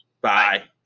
Bye